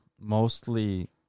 mostly